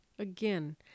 Again